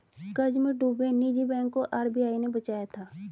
कर्ज में डूबे निजी बैंक को आर.बी.आई ने बचाया था